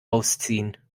ausziehen